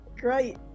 great